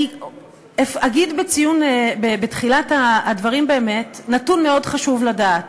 אני אגיד בתחילת הדברים נתון שבאמת מאוד חשוב לדעת.